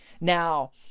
now